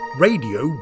Radio